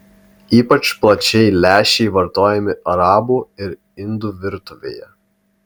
ypač plačiai lęšiai vartojami arabų ir indų virtuvėje